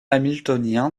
hamiltonien